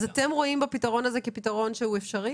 אתם רואים בפתרון הזה פתרון אפשרי,